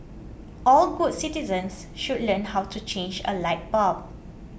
all good citizens should learn how to change a light bulb